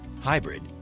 hybrid